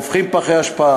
הופכים פחי אשפה